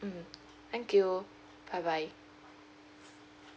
mm thank you bye bye